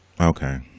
Okay